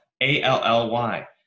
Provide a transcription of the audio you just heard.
A-L-L-Y